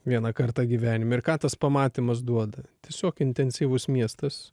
vieną kartą gyvenime ir ką tas pamatymas duoda tiesiog intensyvus miestas